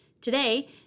Today